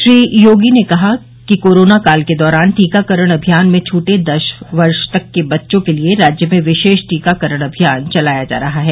श्री योगी ने कहा कोरोना काल के दौरान टीकाकरण अभियान में छूटे दस वर्ष तक के बच्चों के लिए राज्य में विशेष टीकाकरण अभियान चलाया जा रहा है